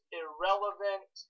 irrelevant